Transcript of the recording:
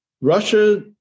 russia